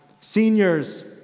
Seniors